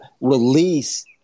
release